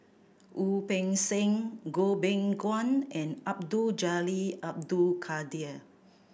Wu Peng Seng Goh Beng Kwan and Abdul Jalil Abdul Kadir